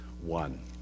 one